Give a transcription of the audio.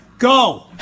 Go